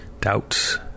Doubts